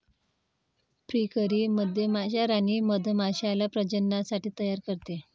फ्रीकरी मधमाश्या राणी मधमाश्याला प्रजननासाठी तयार करते